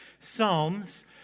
psalms